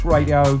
Radio